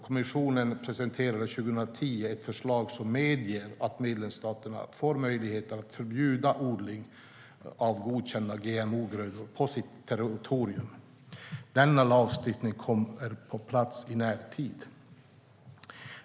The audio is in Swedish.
Kommissionen presenterade 2010 ett förslag som medger att medlemsstaterna får möjligheter att förbjuda odling av godkända GMO-grödor på sitt territorium. Denna lagstiftning kommer på plats i närtid.